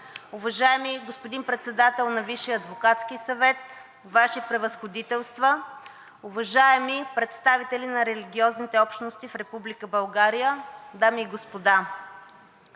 уважаеми господин Председател на Висшия адвокатски съвет, Ваши Превъзходителства, уважаеми представители на религиозните общности в Република България, дами и господа!